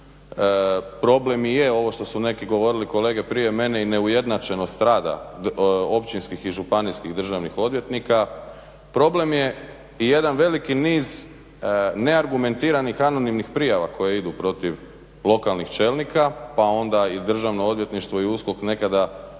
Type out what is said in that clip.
Problem je ovo što su neki govorili, kolege prije mene i neujednačenost rada općinskih i županijskih državnih odvjetnika. Problem i jedan veliki niz neargumentiranih anonimnih prijava koje idu protiv lokalnih čelnika pa onda i Državno odvjetništvo i USKOK nekada čak